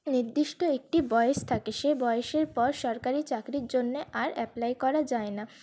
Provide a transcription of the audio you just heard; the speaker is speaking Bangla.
নির্দিষ্ট একটি বয়স থাকে সে বয়সের পর সরকারি চাকরির জন্য আর অ্যাপ্লাই করা যায় না